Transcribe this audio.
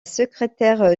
secrétaire